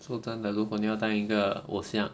说真的如果你要当一个偶像